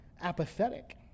apathetic